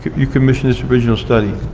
you commissioned this original study.